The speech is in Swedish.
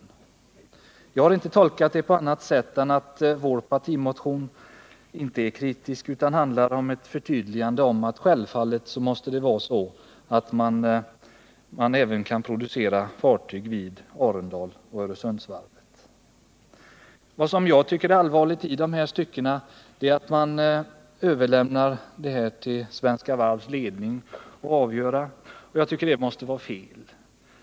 Men jag vill inte göra någon annan tolkning än att vår partimotion inte är kritisk utan handlar om ett förtydligande av att man självfallet skall kunna producera fartyg även vid Arendalsoch Öresundsvarven. Vad jag tycker är allvarligt i det här stycket är att man överlåter detta för avgörande till Svenska Varvs ledning. Det måste vara fel.